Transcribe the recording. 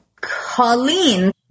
Colleen